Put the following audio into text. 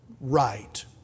right